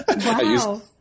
Wow